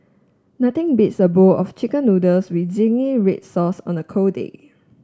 nothing beats a bowl of chicken noodles with zingy red sauce on a cold day